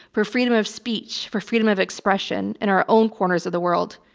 for freedom of speech, for freedom of expression, in our own corners of the world.